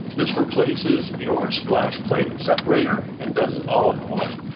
this replaces your splash plate and separator, and does it all in one,